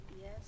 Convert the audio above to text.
yes